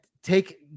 Take